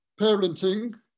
parenting